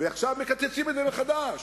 ועכשיו מקצצים את זה מחדש.